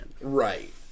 Right